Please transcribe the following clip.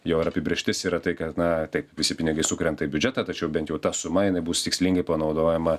jo ir apibrėžtis yra tai kad na tiek visi pinigai sukrenta į biudžetą tačiau bent jau ta suma jinai bus tikslingai panaudojama